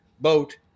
boat